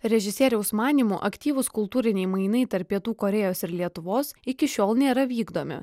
režisieriaus manymu aktyvūs kultūriniai mainai tarp pietų korėjos ir lietuvos iki šiol nėra vykdomi